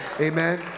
Amen